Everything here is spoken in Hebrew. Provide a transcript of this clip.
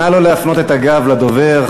נא לא להפנות את הגב לדובר.